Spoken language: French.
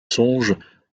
songes